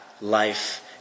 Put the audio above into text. life